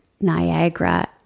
niagara